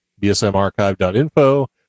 bsmarchive.info